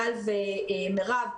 גל ומירב,